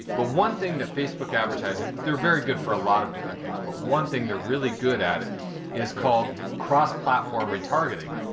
but one thing that facebook advertising. they're very good for a lot of different things, but one thing they're really good at is called cross-platform retargeting,